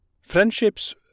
friendships